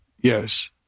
Yes